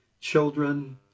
children